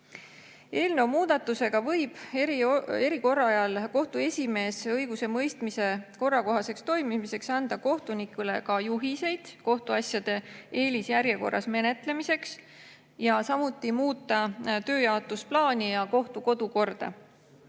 Eelnõu muudatuse alusel võib erikorra ajal kohtu esimees õigusemõistmise korrakohaseks toimimiseks anda kohtunikule ka juhiseid kohtuasjade eelisjärjekorras menetlemiseks, samuti muuta tööjaotusplaani ja kohtu kodukorda.